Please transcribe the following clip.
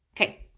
Okay